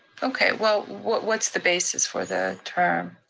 okay, well what's the basis for the term?